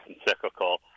encyclical –